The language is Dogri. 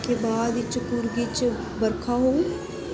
क्या बाद इच कुर्ग च बर्खा होग